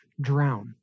drown